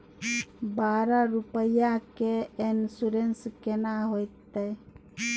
बारह रुपिया के इन्सुरेंस केना होतै?